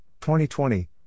2020